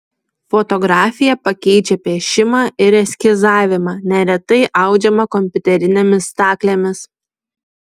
fotografija pakeičia piešimą ir eskizavimą neretai audžiama kompiuterinėmis staklėmis